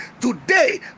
today